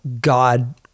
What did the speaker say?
God